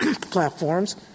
platforms